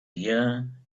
here